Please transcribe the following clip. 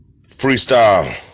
Freestyle